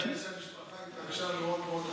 אני רוצה לציין שהמשפחה התרגשה מאוד מאוד.